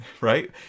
right